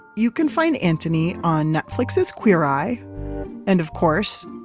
you can find antony on netflix's queer eye and of course,